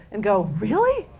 and go, really?